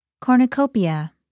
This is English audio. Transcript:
Cornucopia